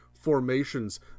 formations